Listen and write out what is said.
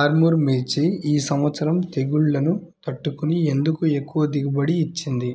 ఆర్ముర్ మిర్చి ఈ సంవత్సరం తెగుళ్లును తట్టుకొని ఎందుకు ఎక్కువ దిగుబడి ఇచ్చింది?